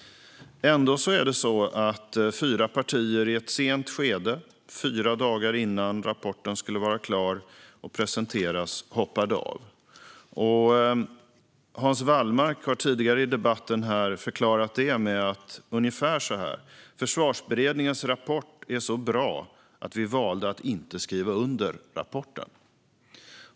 Ändå valde fyra partier att i ett sent skede, fyra dagar innan rapporten skulle vara klar och presenteras, hoppa av. Hans Wallmark har tidigare i debatten förklarat detta ungefär så här: Försvarsberedningens rapport är så bra att vi valde att inte skriva under rapporten.